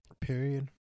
Period